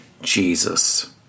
Jesus